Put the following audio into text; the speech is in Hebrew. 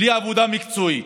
בלי עבודה מקצועית.